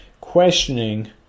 questioning